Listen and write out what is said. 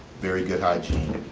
very good hygiene,